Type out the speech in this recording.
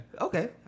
Okay